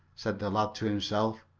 said the lad to himself.